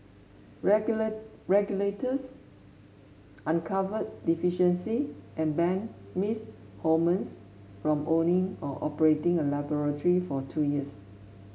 regular regulators uncovered deficiencies and banned Ms Holmes from owning or operating a laboratory for two years